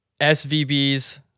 SVB's